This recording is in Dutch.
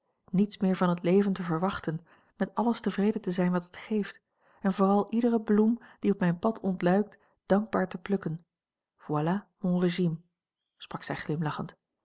niets meer van het leven te verwachten met alles tevreden te zijn wat het geeft en vooral iedere bloem die op mijn pad ontluikt dankbaar te plukken voilà mon régime sprak zij glimlachend